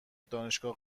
دانشگاه